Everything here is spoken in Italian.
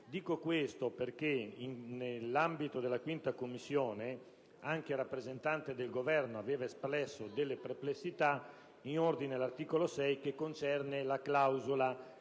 Dico questo, perché, in seno alla 5a Commissione, anche il rappresentante del Governo aveva espresso delle perplessità in ordine all'articolo 6 che concerne la clausola